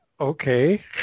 okay